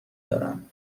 دارم